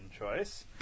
choice